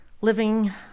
living